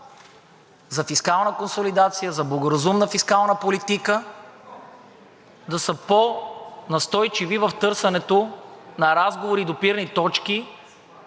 за фискална консолидация, за благоразумна фискална политика, да са по-настойчиви в търсенето на разговори и допирни точки